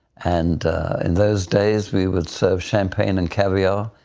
and in those days we would serve champagne and caviar